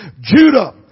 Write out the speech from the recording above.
Judah